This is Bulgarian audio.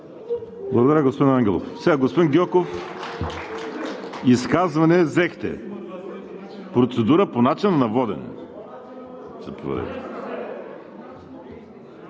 Благодаря, господин Ангелов. Сега, господин Гьоков, изказване взехте. Процедура по начина на водене